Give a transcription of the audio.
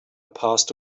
passed